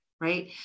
right